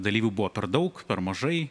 dalyvių buvo per daug per mažai